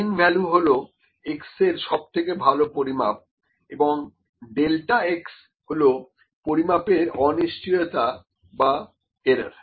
মিন value হল x এর সবথেকে ভালো পরিমাপ এবং ডেল্টা x হল পরিমাপের অনিশ্চয়তা বা এরার